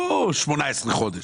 לא 18 חודש.